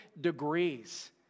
degrees